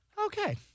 Okay